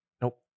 Nope